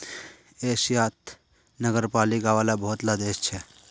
एशियात नगरपालिका वाला बहुत ला देश छे